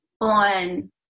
on